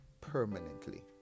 permanently